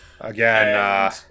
Again